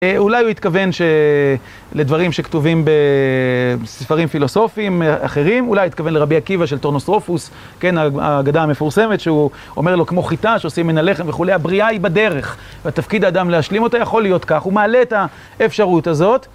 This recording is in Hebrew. אולי הוא התכוון שלדברים שכתובים בספרים פילוסופיים אחרים, אולי התכוון לרבי עקיבא של טורנוסטרופוס, כן, ההגדה המפורסמת, שהוא אומר לו כמו חיטה, שעושים מן הלחם וכולי, הבריאה היא בדרך. והתפקיד האדם להשלים אותה, יכול להיות כך, הוא מעלה את האפשרות הזאת.